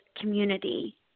community